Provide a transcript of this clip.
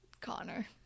Connor